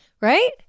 Right